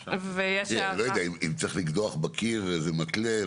ואם צריך לקדוח בקיר איזה מתלה?